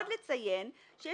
--- אפשר רק עוד משפט, אדוני?